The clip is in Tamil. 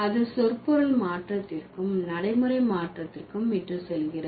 அது சொற்பொருள் மாற்றத்திற்கும் நடைமுறை மாற்றத்திற்கும் இட்டு செல்கிறது